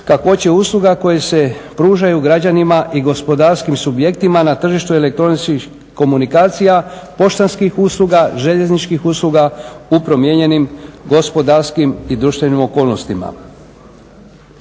kakvoće usluga koje se pružaju građanima i gospodarskim subjektima na tržištu elektroničkih komunikacija, poštanskih usluga, željezničkih usluga u promijenjenim gospodarskim i društvenim okolnostima.